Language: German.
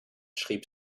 schrieb